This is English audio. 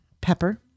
pepper